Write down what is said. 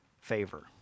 favor